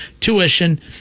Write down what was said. Tuition